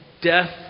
Death